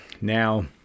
now